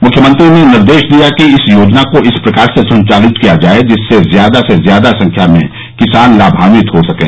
मुख्यमंत्री ने निर्देश दिया कि इस योजना को इस प्रकार से संचालित किया जाये जिससे ज्यादा से ज्यादा संख्या में किसान लाभान्वित हो सकें